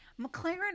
McLaren